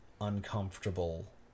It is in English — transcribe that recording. uncomfortable